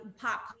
pop